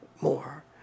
more